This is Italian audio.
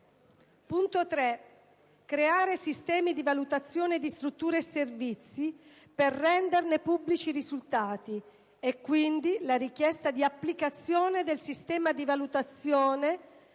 3) creare sistemi di valutazione di strutture e servizi, per renderne pubblici i risultati e quindi la richiesta di applicazione del sistema di valutazione